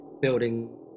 building